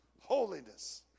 Holiness